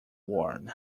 worm